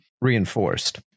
reinforced